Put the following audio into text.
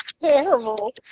Terrible